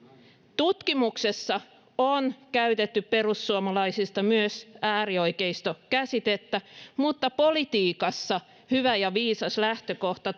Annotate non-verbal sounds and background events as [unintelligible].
tutkimuksessa on käytetty perussuomalaisista myös äärioikeisto käsitettä mutta politiikassa hyvä ja viisas lähtökohta [unintelligible]